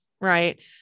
right